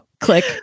Click